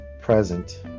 present